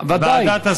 בוודאי.